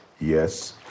Yes